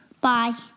Bye